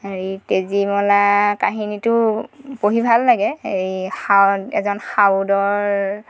হেৰি তেজীমলা কাহিনীটো পঢ়ি ভাল লাগে এ সা এজন সাউদৰ